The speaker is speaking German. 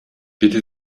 bitte